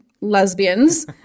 lesbians